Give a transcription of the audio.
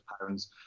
pounds